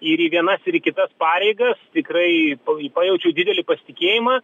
ir į vienas ir į kitas pareigas tikrai pa pajaučiau didelį pasitikėjimą